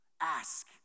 Ask